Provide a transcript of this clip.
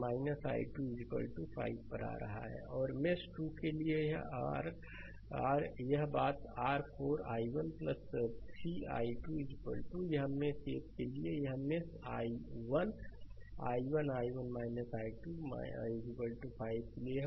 slide समय देखें 0417 और मेष 2 के लिए यह आर r r यह बात r 4 i1 3 i2 है यह मेष 1 के लिए है यह मेष 1 i1 i1 i2 5 के लिए है